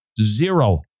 zero